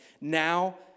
now